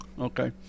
Okay